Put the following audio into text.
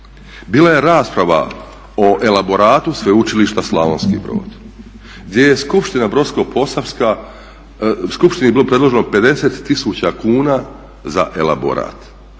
bila je rasprava o elaboratu Sveučilišta Slavonski Brod gdje je skupština Brodsko-posavska, skupštini bilo predloženo 50 000 kuna za elaborat.